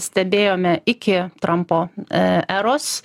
stebėjome iki trampo eros